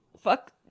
Fuck